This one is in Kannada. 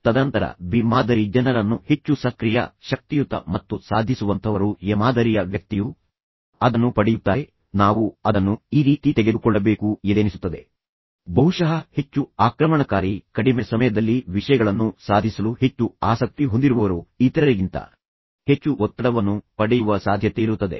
ತದನಂತರ ಬಿ ಮಾದರಿ ಜನರನ್ನು ಹೆಚ್ಚು ಸಕ್ರಿಯ ಹೆಚ್ಚು ಶಕ್ತಿಯುತ ಮತ್ತು ಹೆಚ್ಚು ಸಾಧಿಸುವಂಥವರು ಆದ್ದರಿಂದ ಬಹುಶಃ ಹೇಳಲಾಗಿರುವುದರಲ್ಲಿ ಕೆಲವು ಅಂಶಗಳಿರಬಹುದು ಎ ಮಾದರಿಯ ವ್ಯಕ್ತಿಯು ಅದನ್ನು ಪಡೆಯುತ್ತಾರೆ ನಾವು ಅದನ್ನು ಈ ರೀತಿ ತೆಗೆದುಕೊಳ್ಳಬೇಕು ಎಂದೆನಿಸುತ್ತದೆ ಬಹುಶಃ ಹೆಚ್ಚು ಆಕ್ರಮಣಕಾರಿ ಕಡಿಮೆ ಸಮಯದಲ್ಲಿ ವಿಷಯಗಳನ್ನು ಸಾಧಿಸಲು ಹೆಚ್ಚು ಆಸಕ್ತಿ ಹೊಂದಿರುವವರು ಇತರರಿಗಿಂತ ಹೆಚ್ಚು ಒತ್ತಡವನ್ನು ಪಡೆಯುವ ಸಾಧ್ಯತೆಯಿರುತ್ತದೆ